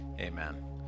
Amen